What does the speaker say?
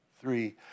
three